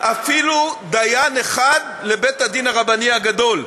אפילו דיין אחד לבית-הדין הרבני הגדול,